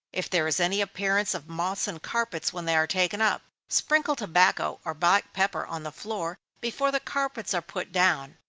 if there is any appearance of moths in carpets when they are taken up, sprinkle tobacco or black pepper on the floor before the carpets are put down,